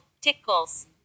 tickles